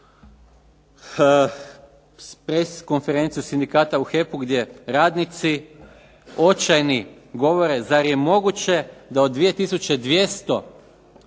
press konferencije sindikata u HEP-u gdje radnici očajni govore, zar je moguće da od 2